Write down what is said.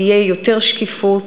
תהיה יותר שקיפות,